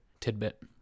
tidbit